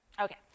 Okay